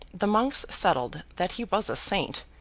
the monks settled that he was a saint,